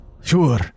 Sure